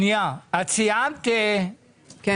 אני